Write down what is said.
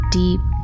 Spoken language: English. deep